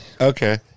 Okay